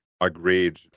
Agreed